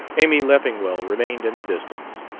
amy leffingwell remained in the distance,